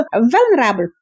vulnerable